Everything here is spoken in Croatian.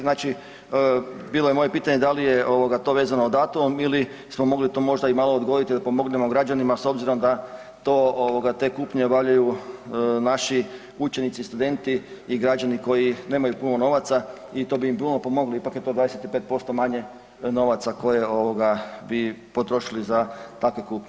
Znači bilo je moje pitanje da li je to vezano datumom ili smo mogli to možda malo i odgoditi da pomognemo građanima s obzirom da to te kupnje obavljaju naši učenici, i studenti i građani koji nemaju puno novaca i to bi im puno pomoglo ipak je to 25% manje novaca koje bi potrošili za takve kupnje.